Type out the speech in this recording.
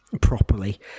properly